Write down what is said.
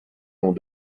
l’ont